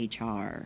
HR